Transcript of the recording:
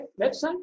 website